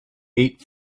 eight